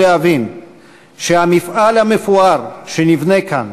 ולהבין שהמפעל המפואר שנבנה כאן